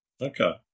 Okay